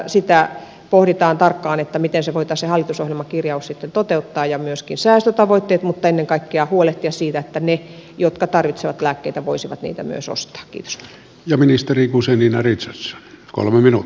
sitä pohditaan tarkkaan miten voitaisiin se hallitusohjelmakirjaus toteuttaa ja myöskin säästötavoitteet mutta ennen kaikkea huolehtia siitä että ne jotka tarvitsevat lääkkeitä voisivat niitä myös ostaa kiitos ja ministeri busonin ritsos kolme minun